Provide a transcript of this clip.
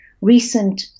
recent